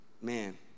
Man